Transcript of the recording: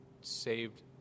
saved